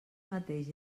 mateix